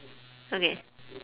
okay